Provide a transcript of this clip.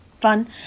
fun